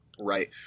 Right